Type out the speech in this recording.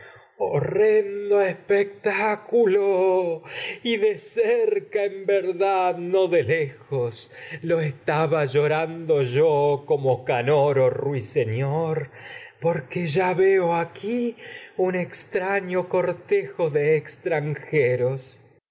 espectáculo y de llorando yo cerca verdad de lejos porque lo estaba como canoro ruiseñor ya veo lo aquí un extraño cortejo de extranjeros